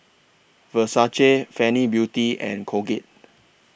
Versace Fenty Beauty and Colgate